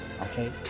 okay